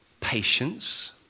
patience